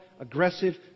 aggressive